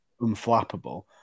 unflappable